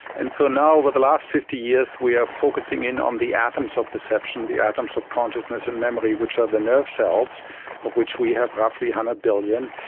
and so now over the last fifty years we are focusing in on the atoms of perception, the atoms of consciousness and memory which are the nerve cells of which we have roughly one hundred billion,